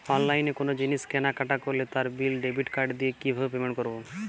অনলাইনে কোনো জিনিস কেনাকাটা করলে তার বিল ডেবিট কার্ড দিয়ে কিভাবে পেমেন্ট করবো?